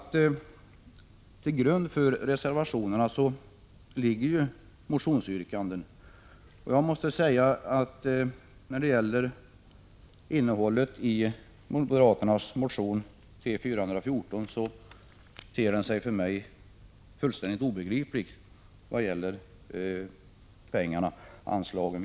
Till grund för reservationerna ligger ju motionsyrkanden. Jag måste säga att innehållet i moderaternas motion T414 för mig ter sig fullständigt obegripligt vad gäller anslagen.